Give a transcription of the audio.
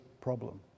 problem